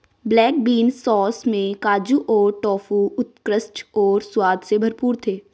black bean sauce में काजू और टोफू उत्कृष्ट और स्वाद से भरपूर थे